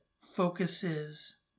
focuses